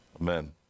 Amen